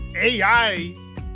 AI